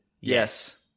Yes